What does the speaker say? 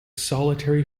solitary